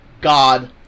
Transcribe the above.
God